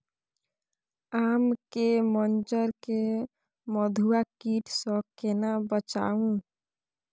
आम के मंजर के मधुआ कीट स केना बचाऊ?